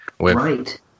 Right